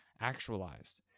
actualized